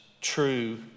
true